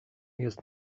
jest